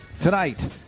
tonight